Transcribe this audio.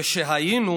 כשהיינו